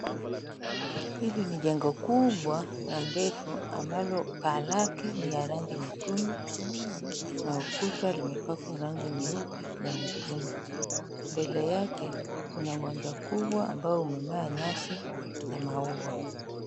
Hili ni jengo kubwa na ndefu ambalo paa lake ni ya rangi nyekundu na ukuta umepakwa rangi nyeupe na nyekundu. Mbele yake kuna uwanja kubwa ambao umemea nyasi na maua.